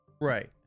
right